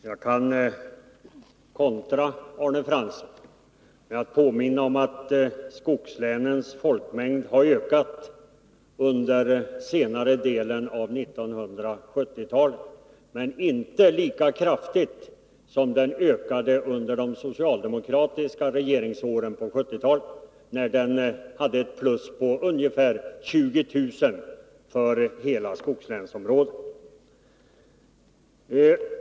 Herr talman! Jag kan kontra Arne Fransson med att påminna om att skogslänens folkmängd har ökat under senare delen av 1970-talet, men inte lika kraftigt som den ökade under de socialdemokratiska regeringsåren på 1970-talet, när den hade ett plus på ungefär 20 000 för hela skogslänsområdet.